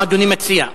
מה אדוני מציע?